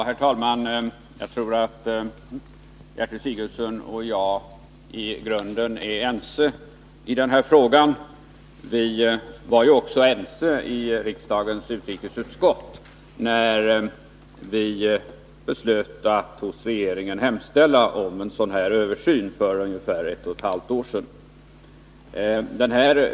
Herr talman! Jag tror att Gertrud Sigurdsen och jag i grunden är ense i den här frågan. Vi var också ense i riksdagens utrikesutskott när vi beslöt att hos regeringen hemställa om en sådan här översyn för ungefär ett och ett halvt år sedan.